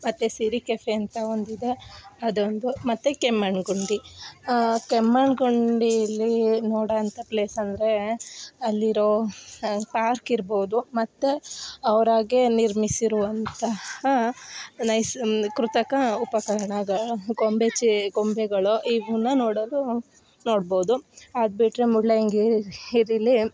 ಮತ್ತು ಸಿರಿ ಕೆಫೆ ಅಂತ ಒಂದು ಇದೆ ಅದೊಂದು ಮತ್ತು ಕೆಮ್ಮಣ್ಣು ಗುಂಡಿ ಕೆಮ್ಮಣ್ಣು ಗುಂಡಿಯಲ್ಲೀ ನೋಡೋಂತ ಪ್ಲೇಸ್ ಅಂದರೆ ಅಲ್ಲಿರೋ ಪಾರ್ಕ್ ಇರ್ಬೋದು ಮತ್ತು ಅವರಾಗೆ ನಿರ್ಮಿಸಿರುವಂತಹ ನೈಸ್ ಕೃತಕ ಉಪಕರಣಗಳು ಗೊಂಬೆ ಚೇ ಗೊಂಬೆಗಳು ಇವನ್ನ ನೋಡೋದೂ ನೋಡ್ಬೋದು ಅದು ಬಿಟ್ಟರೆ ಮುಳ್ಳಯ್ಯನಗಿರಿ ಗಿರಿಯಲ್ಲಿ